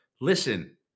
Listen